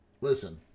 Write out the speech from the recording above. Listen